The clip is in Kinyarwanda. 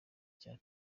cya